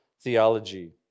theology